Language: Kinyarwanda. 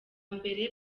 mbere